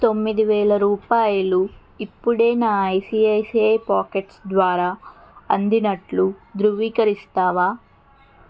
తొమ్మిది వేల రూపాయలు ఇప్పుడే నా ఐసిఐసిఐ పాకెట్స్ ద్వారా అందినట్లు ధృవీకరిస్తావా